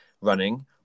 running